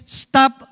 stop